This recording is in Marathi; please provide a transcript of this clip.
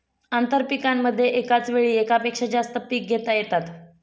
आंतरपीकांमध्ये एकाच वेळी एकापेक्षा जास्त पिके घेता येतात